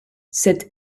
cette